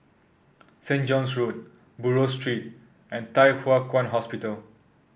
Saint John's Road Buroh Street and Thye Hua Kwan Hospital